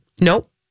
Nope